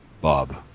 Bob